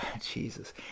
Jesus